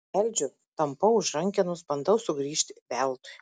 beldžiu tampau už rankenos bandau sugrįžti veltui